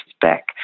back